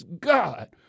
God